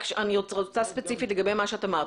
רק אני רוצה ספציפית לגבי מה שאת אמרת.